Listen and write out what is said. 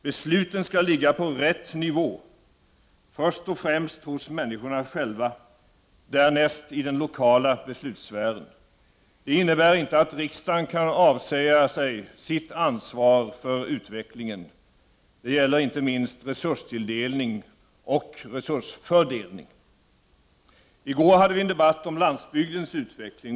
Besluten skall ligga på ”rätt nivå”, först och främst hos människorna själva och därnäst i den lokala beslutssfären. Det innebär inte att riksdagen kan avsäga sig sitt ansvar för utvecklingen. Det gäller inte minst resurstilldelning och resursfördelning. I går hade vi en debatt om landsbygdens utveckling.